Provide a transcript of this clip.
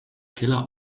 killer